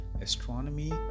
astronomy